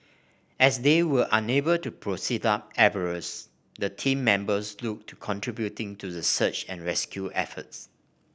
as they were unable to proceed up Everest the team members looked to contributing to the search and rescue efforts